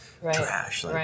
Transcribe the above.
trash